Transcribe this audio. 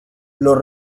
los